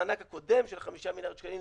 במענק הקודם של 5 מיליארד שקלים,